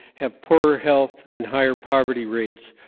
have poorer health and higher poverty rates.